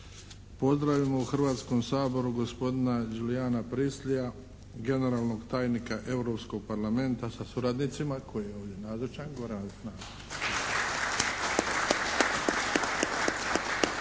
pozdravimo u Hrvatskom saboru gospodina Julijana Priestleya generalnog tajnika Europskog Parlamenta sa suradnicima koji je ovdje nazočan gore na.